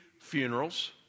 funerals